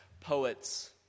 poets